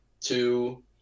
Two